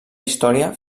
història